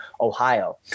Ohio